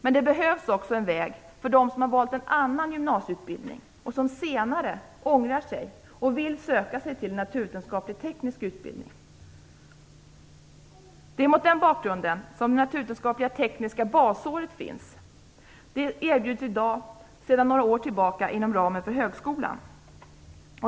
Men det behövs också en väg för dem som har valt en annan gymnasieutbildning och som senare ångrar sig och vill söka sig till naturvetenskaplig-teknisk utbildning. Det är mot den bakgrunden som det naturvetenskapliga-tekniska basåret finns. Det erbjuds i dag sedan några år tillbaka inom ramen för högskolan.